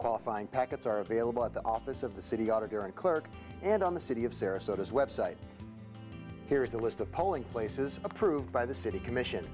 qualifying packets are available at the office of the city auditor and clerk and on the city of sarasota website here is the list of polling places approved by the city commission